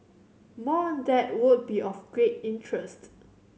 more on that would be of great interest